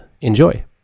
enjoy